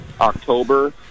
October